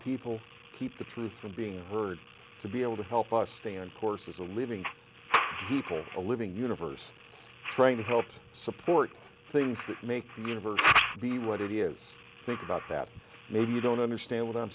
people keep the truth from being heard to be able to help us stay on course as a living people a living universe trying to help support things that make the universe be what it is think about that maybe you don't understand what i'm